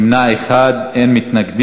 בעד, 8, נמנע אחד, אין מתנגדים.